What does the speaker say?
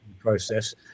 Process